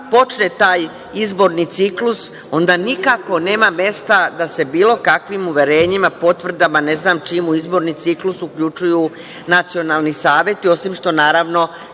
kada počne taj izborni ciklus onda nikako nema mesta da se bilo kakvim uverenjima, potvrdama, u izborni ciklus uključuju nacionalni saveti, osim što, naravno,